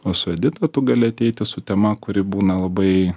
o su edita tu gali ateiti su tema kuri būna labai